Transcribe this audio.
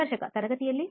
ಸಂದರ್ಶಕ ತರಗತಿಯಲ್ಲಿ